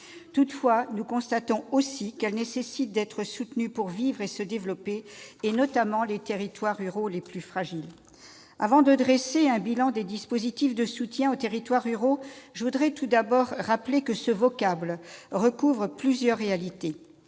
Toutefois, nous constatons aussi qu'elle nécessite d'être soutenue pour vivre et se développer. Je pense notamment aux territoires ruraux les plus fragiles. Avant de dresser un bilan des dispositifs de soutien aux territoires ruraux, je veux rappeler qu'un tel vocable recouvre plusieurs réalités.